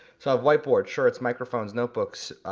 so i have white board, shirts, microphones, notebooks,